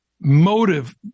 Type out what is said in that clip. motive